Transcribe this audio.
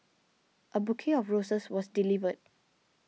a bouquet of roses was delivered